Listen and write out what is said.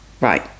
Right